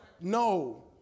No